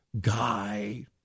guy